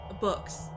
Books